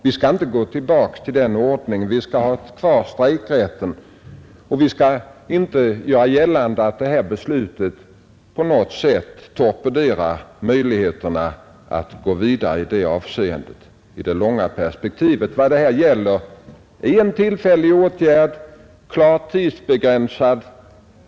Vi skall inte gå tillbaka till den ordningen — vi skall ha kvar strejkrätten, och ingen kan göra gällande att det beslut vi nu fattar på något sätt torpederar möjligheterna att gå vidare på den fria förhandlingsrättens väg. Vad det här gäller är en tillfällig åtgärd, klart tidsbegränsad.